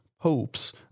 popes